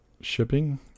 shipping